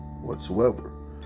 whatsoever